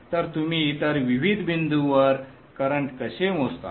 तर तुम्ही इतर विविध बिंदूंवर करंट कसे मोजता